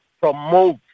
promote